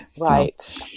Right